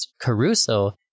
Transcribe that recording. Caruso